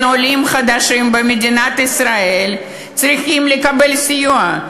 כן, עולים חדשים במדינת ישראל צריכים לקבל סיוע.